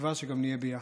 ובתקווה גם נהיה ביחד.